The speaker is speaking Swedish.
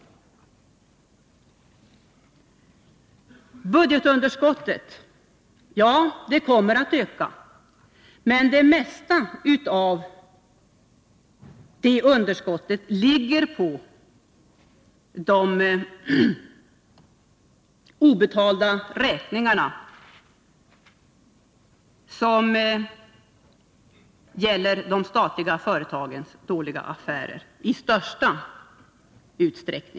Ja, budgetunderskottet kommer att öka. Men det mesta av det underskottet, ca 10 miljarder, avser obetalda räkningar som gäller de statliga företagens dåliga affärer.